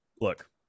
look